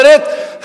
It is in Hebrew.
זאת אומרת,